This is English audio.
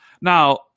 Now